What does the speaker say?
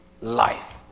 life